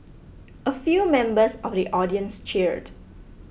a few members of the audience cheered